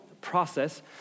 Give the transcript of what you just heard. process